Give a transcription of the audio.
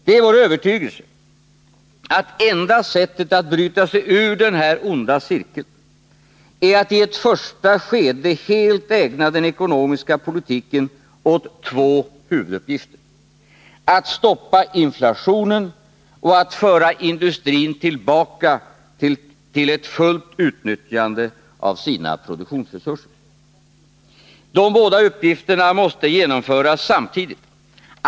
Det är vår övertygelse att enda sättet att bryta sig ur denna onda cirkel är att i ett första skede helt ägna den ekonomiska politiken åt två huvuduppgifter: att stoppa inflationen och att föra industrin tillbaka till ett fullt utnyttjande av sina produktionsresurser. Dessa båda uppgifter måste genomföras samtidigt.